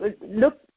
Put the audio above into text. look